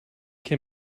can